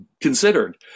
considered